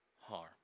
harm